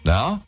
Now